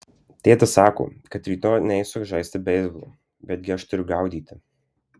tėtis sako kad rytoj neisiu žaisti beisbolo betgi aš turiu gaudyti